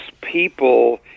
people